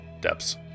depths